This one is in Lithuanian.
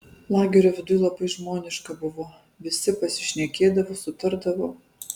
lagerio viduj labai žmoniška buvo visi pasišnekėdavo sutardavo